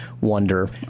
wonder